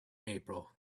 april